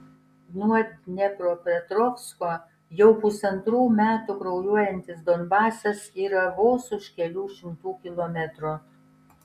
nuo dniepropetrovsko jau pusantrų metų kraujuojantis donbasas yra vos už kelių šimtų kilometrų